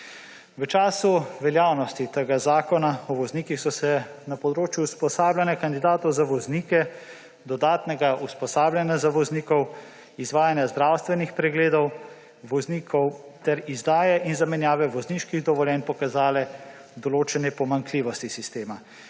V času veljavnosti tega zakona o voznikih, so se na področju usposabljanja kandidatov za voznike, dodatnega usposabljanje za voznike, izvajanja zdravstvenih pregledov voznikov ter izdaje in zamenjave vozniških dovoljenj pokazale določene pomanjkljivosti sistema,